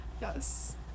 Yes